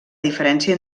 diferència